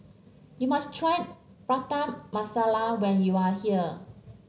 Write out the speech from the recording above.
you must try Prata Masala when you are here